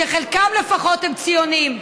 שחלקם לפחות הם ציונים,